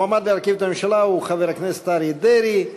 המועמד להרכיב את הממשלה הוא חבר הכנסת אריה דרעי.